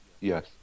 Yes